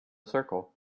circle